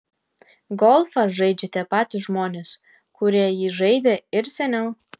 golfą žaidžia tie patys žmonės kurie jį žaidė ir seniau